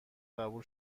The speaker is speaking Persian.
قبول